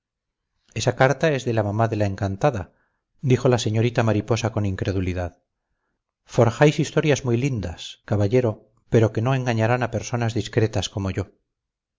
esa carta es de la mamá de la encantada dijo la señorita mariposa con incredulidad forjáis historias muy lindas caballero pero que no engañarán a personas discretas como yo